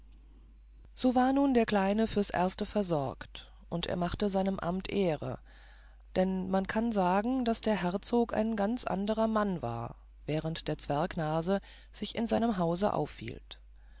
so war nun der kleine fürs erste versorgt und er machte seinem amt ehre denn man kann sagen daß der herzog ein ganz anderer mann war während der zwerg nase sich in seinem hause aufhielt